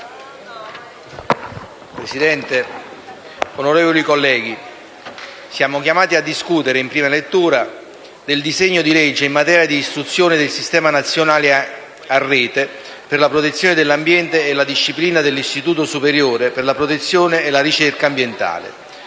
Presidente, onorevoli colleghi, siamo chiamati a discutere, in prima lettura, del disegno di legge in materia di istituzione del Sistema nazionale a rete per la protezione dell'ambiente e disciplina dell'Istituto superiore per la protezione e la ricerca ambientale,